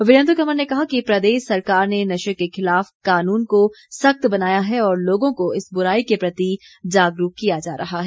वीरेंद्र कंवर ने कहा कि प्रदेश सरकार ने नशे के खिलाफ कानून को सख्त बनाया है और लोगों को इस बुराई के प्रति जागरूक किया जा रहा है